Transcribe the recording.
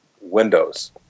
windows